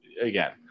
again